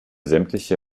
sämtliche